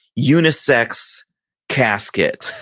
unisex casket,